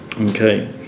Okay